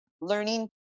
learning